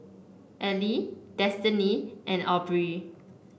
Eli Destini and Aubree